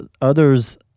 others